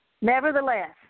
Nevertheless